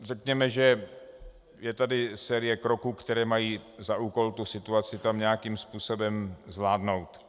Řekněme, že je tady série kroků, které mají za úkol situaci tam nějakým způsobem zvládnout.